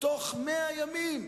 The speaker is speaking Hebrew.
תוך 100 ימים.